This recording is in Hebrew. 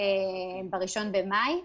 ב-1 במאי.